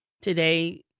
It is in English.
Today